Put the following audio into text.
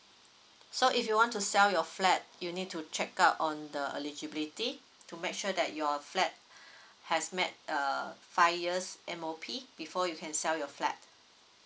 so if you want to sell your flat you need to check out on the eligibility to make sure that your flat has met uh five years M_O_P before you can sell your flat